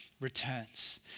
returns